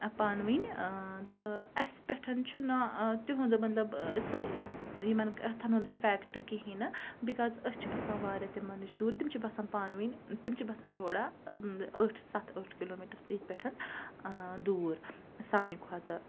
پانہٕ ؤنۍ تہٕ اَسہِ پٮ۪ٹھ چھُ نا تِہُنٛد مطلب سُہ یِمَن کَتھَن ہُنٛد اِفیٚکٹہٕ کِہیٖنۍ نہٕ بِکاز أسۍ چھِ بَسان واریاہ تِمَن نِش دوٗر تِم چھِ بَسان پانہٕ ؤنۍ تِم چھِ بَسان تھوڑا ٲٹھِ سَتھ ٲٹھ کِلوٗ میٖٹَر ییٚتہِ پٮ۪ٹھ دوٗر سانہِ کھۄتہٕ